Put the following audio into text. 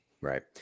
Right